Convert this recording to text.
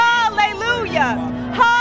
Hallelujah